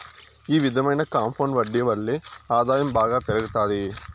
ఈ విధమైన కాంపౌండ్ వడ్డీ వల్లే ఆదాయం బాగా పెరుగుతాది